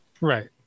right